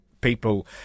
people